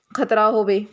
ਖਤਰਾ ਹੋਵੇ